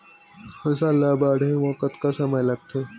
फसल ला बाढ़े मा कतना समय लगथे?